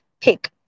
pick